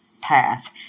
path